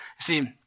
See